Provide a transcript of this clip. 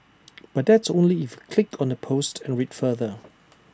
but that's only if click on the post and read further